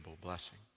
blessing